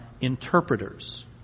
interpreters